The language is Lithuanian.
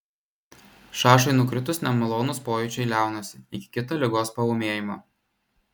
šašui nukritus nemalonūs pojūčiai liaunasi iki kito ligos paūmėjimo